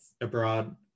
abroad